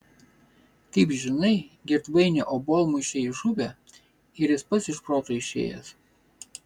kaip žinai girdvainio obuolmušiai žuvę ir jis pats iš proto išėjęs